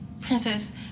Princess